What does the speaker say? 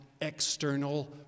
external